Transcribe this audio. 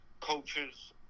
coaches